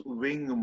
wing